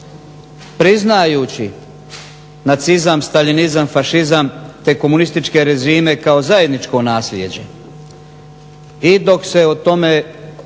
Priznajući nacizam, staljinizam, fašizam te komunističke režime kao zajedničko naslijeđe